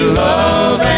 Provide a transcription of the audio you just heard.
love